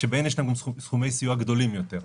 שבהן יש גם סכומי סיוע גדולים יותר.